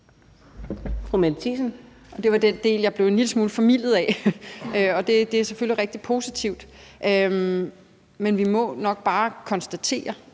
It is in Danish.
Det var den del, jeg blev en lille smule formildet af. Det er selvfølgelig rigtig positivt, men vi må nok bare konstatere,